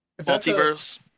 multiverse